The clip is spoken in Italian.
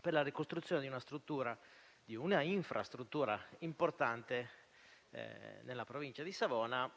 per la ricostruzione di una infrastruttura importante nella provincia di Savona,